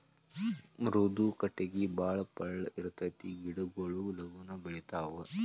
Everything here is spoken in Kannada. ಮೃದು ಕಟಗಿ ಬಾಳ ಪಳ್ಳ ಇರತತಿ ಗಿಡಗೊಳು ಲಗುನ ಬೆಳಿತಾವ